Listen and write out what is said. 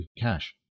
cash